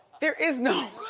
there is no